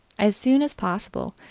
as soon as possible,